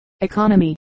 economy